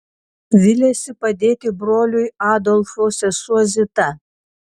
viliasi padėti broliui adolfo sesuo zita